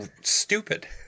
stupid